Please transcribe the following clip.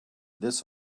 this